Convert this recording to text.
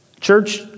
Church